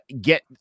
get